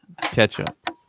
ketchup